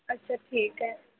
अच्छा ठीक आहे